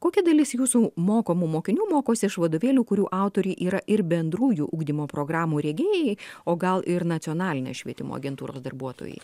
kokia dalis jūsų mokomų mokinių mokosi iš vadovėlių kurių autoriai yra ir bendrųjų ugdymo programų rengėjai o gal ir nacionalinės švietimo agentūros darbuotojai